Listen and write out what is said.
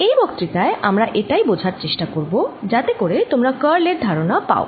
এই বক্তৃতায় আমরা এটাই বোঝার চেষ্টা করবো যাতে করে তোমরা কার্ল এর ধারণা পাও